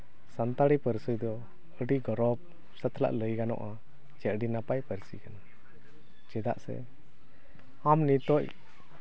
ᱥᱟᱱᱛᱟᱲᱤ ᱯᱟᱹᱨᱥᱤ ᱫᱚ ᱟᱹᱰᱤ ᱜᱚᱨᱚᱵᱽ ᱥᱟᱛᱞᱟᱜ ᱞᱟᱹᱭ ᱜᱟᱱᱚᱜᱼᱟ ᱡᱮ ᱟᱹᱰᱤ ᱱᱟᱯᱟᱭ ᱯᱟᱹᱨᱥᱤ ᱠᱟᱱᱟ ᱪᱮᱫᱟᱜ ᱥᱮ ᱟᱢ ᱱᱤᱛᱚᱜ